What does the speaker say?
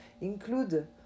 include